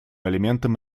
элементом